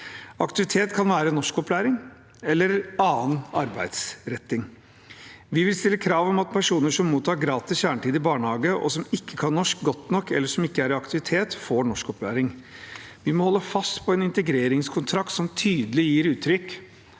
Aktivitet kan være norskopplæring eller annen arbeidsretting. Vi vil stille krav om at personer som mottar gratis kjernetid i barnehage og som ikke kan norsk godt nok eller ikke er i aktivitet, får norskopplæring. Vi må holde fast på en integreringskontrakt som tydelig gir uttrykk